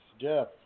Jeff